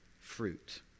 fruit